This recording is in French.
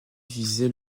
visait